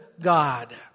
God